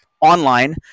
online